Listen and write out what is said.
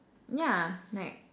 yeah like